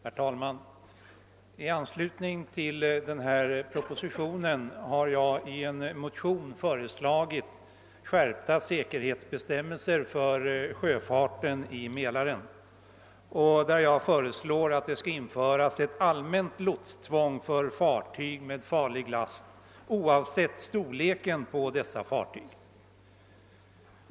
Herr talman! I anslutning till propositionen 119 har jag i en motion föreslagit skärpta säkerhetsbestämmelser för sjöfarten i Mälaren. Jag föreslår att det skall införas ett allmänt lotstvång för fartyg med farlig last oavsett storleken på dessa fartyg.